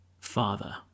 Father